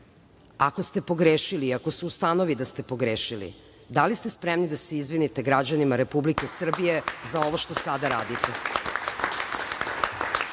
ako ste pogrešili i ako se ustanovi da ste pogrešili, da li ste spremni da se izvinite građanima Republike Srbije za ovo što sada radite? Takođe,